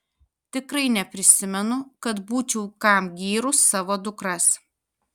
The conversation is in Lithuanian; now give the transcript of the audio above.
tikrai neprisimenu kad būčiau kam gyrus savo dukras